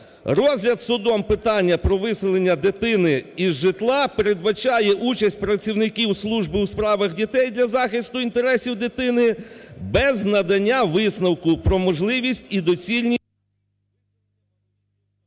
"розгляд судом питання про виселення дитини із житла передбачає участь працівників Служби у справах дітей для захисту інтересів дитини без надання висновку про можливість і доціль…